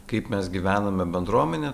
kaip mes gyvename bendruomenė